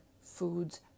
foods